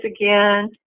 again